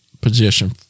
position